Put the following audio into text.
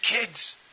kids